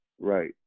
right